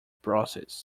process